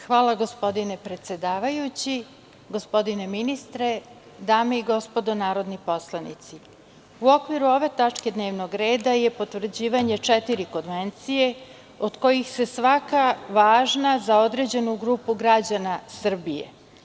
Hvala gospodine predsedavajući, gospodine ministre, dame i gospodo narodni poslanici, u okviru ove tačke dnevnog reda je potvrđivanje četiri konvencije od kojih je svaka važna za određenu grupu građana Srbije.